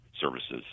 services